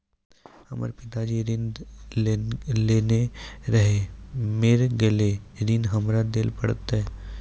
हमर पिताजी ऋण लेने रहे मेर गेल ऋण हमरा देल पड़त?